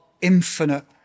infinite